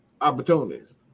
opportunities